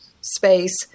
space